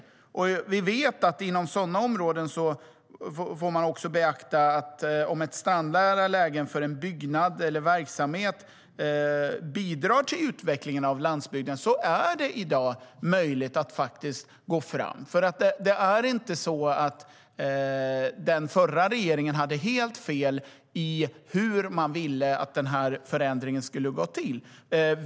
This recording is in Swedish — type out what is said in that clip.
Vi vet att inom sådana områden får man också beakta att om ett strandnära läge för en byggnad eller verksamhet bidrar till utvecklingen av landsbygden är det i dag möjligt att gå framåt. Det är inte så att den förra regeringen hade helt fel i hur man ville att förändringen skulle gå till.